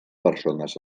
persones